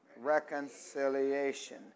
Reconciliation